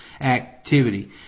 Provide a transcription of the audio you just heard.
activity